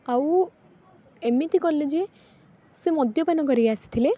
ଆଉ ଏମିତି କଲେ ଯେ ସେ ମଦ୍ୟପାନ କରି ଆସିଥିଲେ